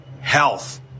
health